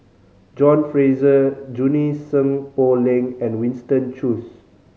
John Fraser Junie Sng Poh Leng and Winston Choos